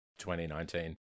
2019